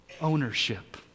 ownership